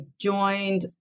joined